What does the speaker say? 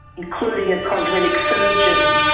including a cosmetic surgeon,